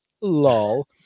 lol